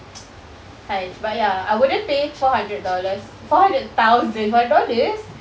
!hais! but ya I wouldn't pay four hundred dollars four hundred thousand four hundred dollars